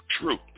True